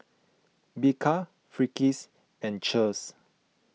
Bika Friskies and Cheers